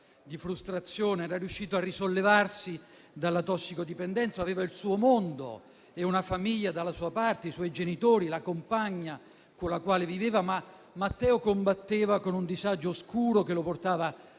di frustrazione. Era riuscito a risollevarsi dalla tossicodipendenza, aveva il suo mondo e una famiglia dalla sua parte, i suoi genitori, la compagna con la quale viveva. Matteo, tuttavia, combatteva con un disagio oscuro che lo portava